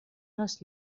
les